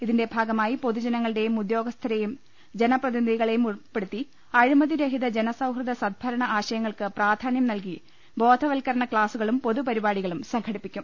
ഇതിന്റെ ഭാഗമായി പൊതുജനങ്ങ ളെയും ഉദ്യോഗസ്ഥരെയും ജനപ്രതിനിധികളെയും ഉൾപ്പെടുത്തി അഴിമതി രഹിത ജന സൌഹൃദ സദ്ഭരണ ആശയങ്ങൾക്ക് പ്രാധാന്യം നൽകി ബോധവൽക്കരണ ക്ലാസുകളും പൊതുപരി പാടികളും സംഘടിപ്പിക്കും